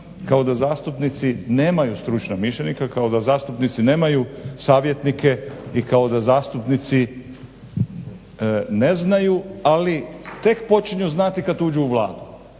kao da zastupnici nemaju stručnog mišljenika, kao da zastupnici nemaju savjetnike i kao da zastupnici ne znaju ali tek počinju znati kad uđu u Vladu.